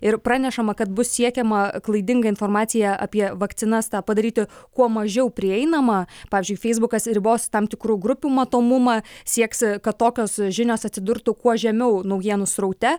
ir pranešama kad bus siekiama klaidinga informacija apie vakcinas tą padaryti kuo mažiau prieinama pavyzdžiui feisbukas ribos tam tikrų grupių matomumą sieks kad tokios žinios atsidurtų kuo žemiau naujienų sraute